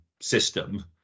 system